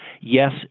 yes